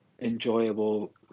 enjoyable